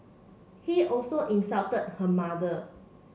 he also insulted her mother